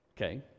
okay